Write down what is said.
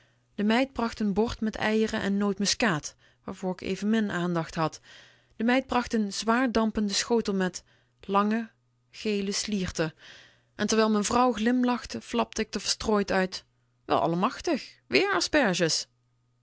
de meid bracht n bord met eieren en notemuscaat waarvoor k evenmin aandacht had de meid bracht n zwaar dampenden schotel met lange gele slieren en terwijl mijn vrouw glimlachte flapte ik r verstrooid uit wel allemachtig wéér asperges